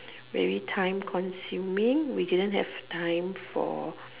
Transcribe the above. very time consuming we didn't have time for